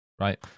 right